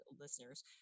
listeners